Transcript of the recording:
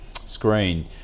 screen